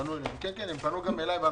כן, הם פנו גם אלי.